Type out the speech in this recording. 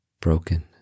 broken